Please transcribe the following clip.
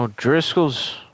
Driscoll's